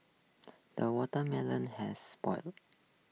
the watermelon has